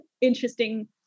interesting